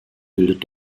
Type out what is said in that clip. bildet